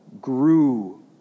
grew